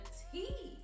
tea